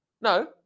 No